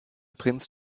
prinz